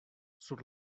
sur